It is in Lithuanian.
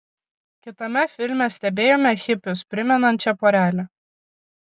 kitame filme stebėjome hipius primenančią porelę